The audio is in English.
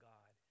God